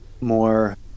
more